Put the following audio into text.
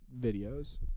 videos